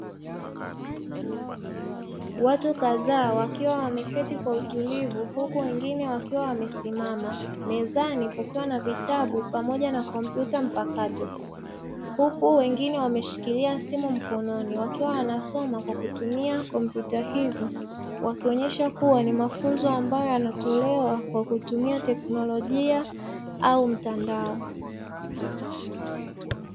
Watu kadhaa wakiwa wameketi kwa utulivu huku wengine wakiwa wamesimama, mezani kukiwa na vitabu pamoja na kompyuta mpakato; Huku wengine wameshikilia simu mkononi wakiwa wanasoma kwa kutumia kompyuta hizo, wakionyesha kuwa ni mafunzo ambayo yanatolewa kwa kutumia teknolojia au mtandao.